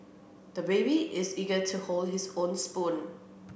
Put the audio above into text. the baby is eager to hold his own spoon